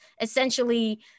essentially